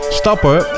stappen